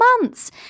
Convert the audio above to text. months